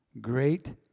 Great